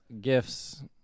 gifts